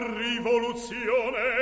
rivoluzione